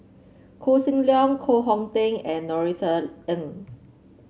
Koh Seng Leong Koh Hong Teng and Norothy Ng